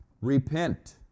repent